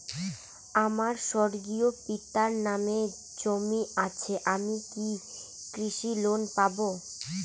আমার স্বর্গীয় পিতার নামে জমি আছে আমি কি কৃষি লোন পাব?